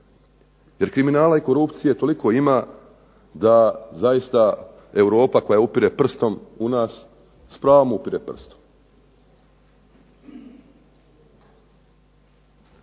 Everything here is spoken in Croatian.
Jer kriminala i korupcije toliko ima da zaista Europa koja upire prstom u nas s pravom upire prstom.